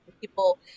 People